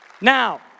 now